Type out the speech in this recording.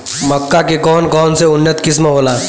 मक्का के कौन कौनसे उन्नत किस्म होला?